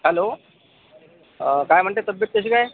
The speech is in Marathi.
हॅलो काय म्हणते तब्येत कशी काय